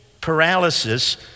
paralysis